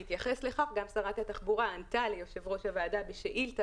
בהתייחס לכך גם שרת התחבורה ענתה ליושב-ראש הוועדה בשאילתה